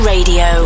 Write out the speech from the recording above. Radio